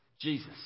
Jesus